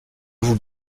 vous